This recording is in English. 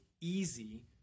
easy